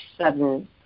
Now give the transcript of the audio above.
sudden